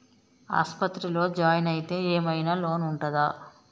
ఆస్పత్రి లో జాయిన్ అయితే ఏం ఐనా లోన్ ఉంటదా?